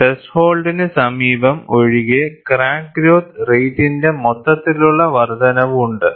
ത്രെഷോൾഡിന് സമീപം ഒഴികെ crack growth റേറ്റ്റിന്റെ മൊത്തത്തിലുള്ള വർദ്ധനവ് ഉണ്ട്